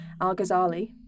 Al-Ghazali